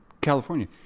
California